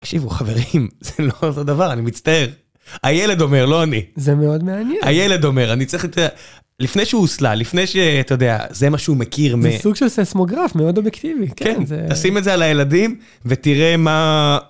תקשיבו חברים, זה לא אותו דבר אני מצטער. הילד אומר לא אני. זה מאוד מעניין. הילד אומר אני צריך את ה... לפני שהוא הוסלל, לפני שאתה יודע זה משהו מכיר מ... זה סוג של ססמוגרף מאוד אובייקטיבי. כן, תשים את זה על הילדים ותראה מה...